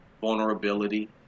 vulnerability